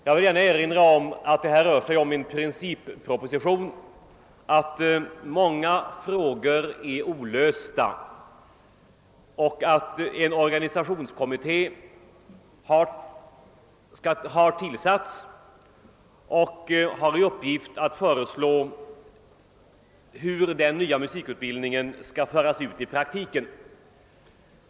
Jag vill gärna erinra om att detta är en principproposition, att många frågor är olösta och att det tillsatts en organisationskommitté som har till uppgift att föreslå hur den nya musikutbildningen skall föras ut i praktiken.